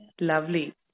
Lovely